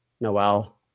Noel